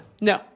No